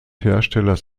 herstellers